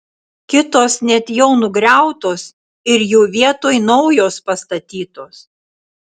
kitos net jau nugriautos ir jų vietoj naujos pastatytos